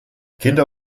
kinder